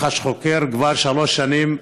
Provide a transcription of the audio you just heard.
מח"ש חוקר כבר שלוש שנים,